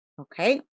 okay